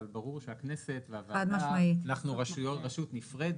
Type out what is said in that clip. אבל ברור שהכנסת והוועדה אנחנו רשות נפרדת.